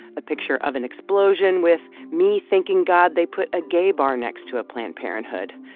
a picture of an explosion with, me thanking god they put a gay bar next to a planned parenthood,